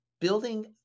building